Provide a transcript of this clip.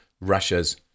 Russia's